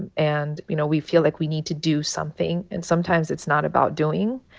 and and, you know, we feel like we need to do something. and sometimes it's not about doing.